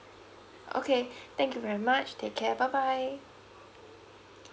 okay thank you very much take care bye bye